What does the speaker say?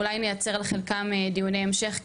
אולי נייצר לחלקם דיוני המשך.